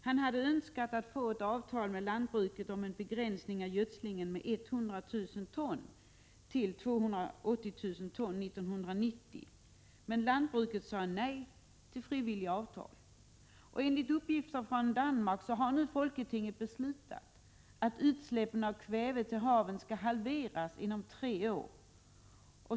Han hade önskat att få ett avtal med lantbruket om en begränsning av gödslingen med 100 000 ton till 280 000 ton 1990. Men lantbruket sade nej till frivilliga avtal. Enligt uppgifter från Danmark har nu Folketinget beslutat att utsläppen av kväve till haven skall halveras inom tre år.